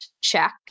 check